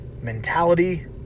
mentality